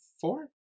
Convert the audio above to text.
four